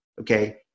Okay